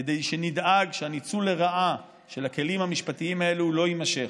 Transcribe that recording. כדי שנדאג שהניצול לרעה של הכלים המשפטיים האלה לא יימשך.